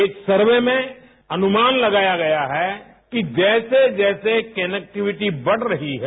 एक सर्वे में अनुमान लगाया गया है कि जैसे जैसे कनेक्टिविटी बढ़ रही है